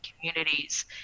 communities